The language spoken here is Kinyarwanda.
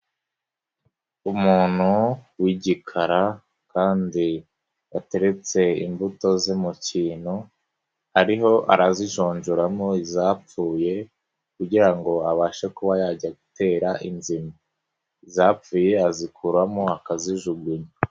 Umuntu w'igikara kandi yateretse imbuto ze mu kintu, ariho arazijonjoramo izapfuye kugira ngo abashe kuba yajya gutera inzima, izapfuye azikuramo akazijugunya.